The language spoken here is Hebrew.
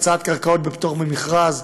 הקצאת קרקעות בפטור ממכרז,